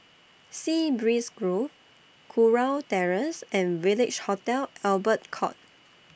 Sea Breeze Grove Kurau Terrace and Village Hotel Albert Court